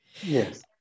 Yes